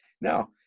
Now